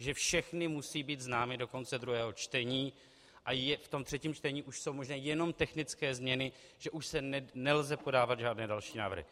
Že všechny musí být známy do konce druhého čtení a v tom třetím čtení už jsou možné jenom technické změny, že už nelze podávat další návrhy.